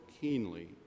keenly